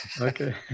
Okay